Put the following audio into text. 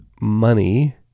money